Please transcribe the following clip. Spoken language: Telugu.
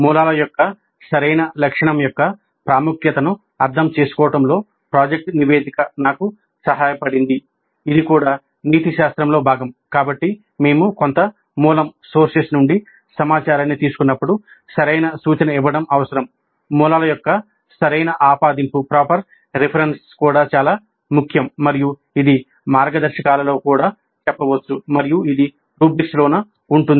మూలాల యొక్క సరైన లక్షణం యొక్క ప్రాముఖ్యతను అర్థం చేసుకోవడంలో ప్రాజెక్ట్ నివేదిక నాకు సహాయపడింది